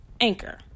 Anchor